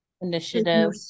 initiative